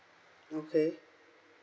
okay